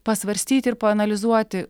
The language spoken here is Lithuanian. pasvarstyti ir paanalizuoti